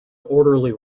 orderly